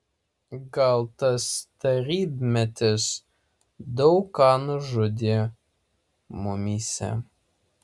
gal tas tarybmetis daug ką nužudė mumyse